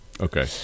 Okay